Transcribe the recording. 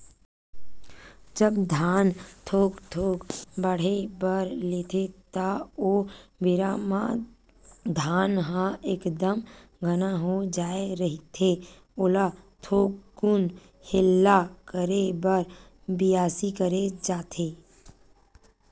जब धान थोक थोक बाड़हे बर लेथे ता ओ बेरा म धान ह एकदम घना हो जाय रहिथे ओला थोकुन हेला करे बर बियासी करे जाथे